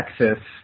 Texas